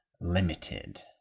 limited